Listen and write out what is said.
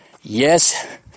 yes